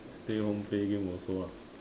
stay home play game also lah